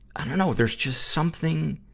i dunno, there's just something,